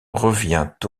revient